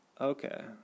Okay